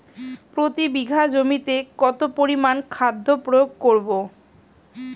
প্রতি বিঘা জমিতে কত পরিমান খাদ্য প্রয়োগ করব?